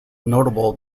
notable